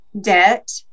debt